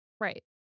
Right